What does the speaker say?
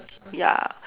ya